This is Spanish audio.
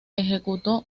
ejecutó